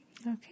Okay